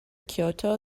kyoto